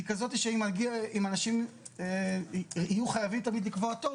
היא כזאת שאם אנשים יהיו חייבים לקבוע תור,